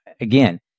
again